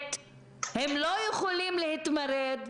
הם לא יכולים להשתמט, הם לא יכולים להתמרד,